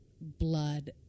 blood